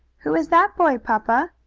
who is that boy, papa?